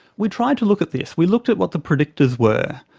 we tried to look at this. we looked at what the predictors were,